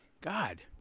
God